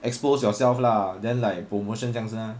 expose yourself lah then like promotion 这样是吗